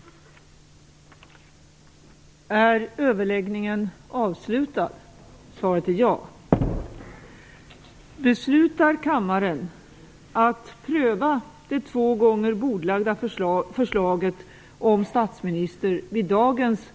Talmannen konstaterade att mindre än hälften av riksdagens ledamöter hade röstat mot förslaget. Riksdagen hade sålunda utsett Göran Persson till statsminister.